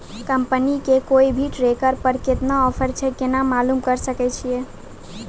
Company के कोय भी ट्रेक्टर पर केतना ऑफर छै केना मालूम करऽ सके छियै?